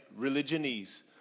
Religionese